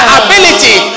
ability